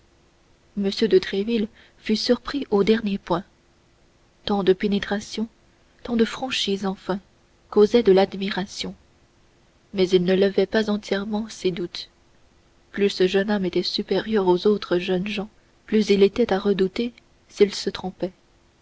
de tréville fut surpris au dernier point tant de pénétration tant de franchise enfin lui causait de l'admiration mais ne levait pas entièrement ses doutes plus ce jeune homme était supérieur aux autres jeunes gens plus il était à redouter s'il se trompait